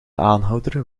aanhouder